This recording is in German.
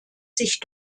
sich